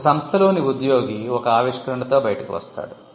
ఒక సంస్థలోని ఉద్యోగి ఒక ఆవిష్కరణతో బయటకు వస్తాడు